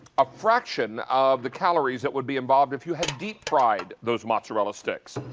a fraction of the calories that would be involved if you had deep fried those mozzarella sticks.